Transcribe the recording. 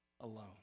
alone